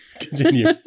Continue